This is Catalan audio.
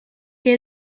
que